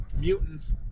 mutants